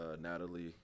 Natalie